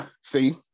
See